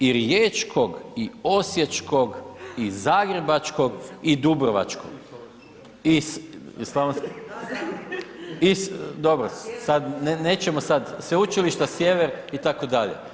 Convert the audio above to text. I riječkog i osječkog i zagrebačkog i dubrovačkog iz dobro, sada nećemo sada, Sveučilišta Sjever itd.